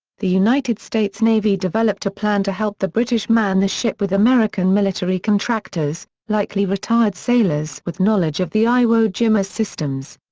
the united states navy developed a plan to help the british man the ship with american military contractors, likely retired sailors with knowledge of the iwo jima's systems.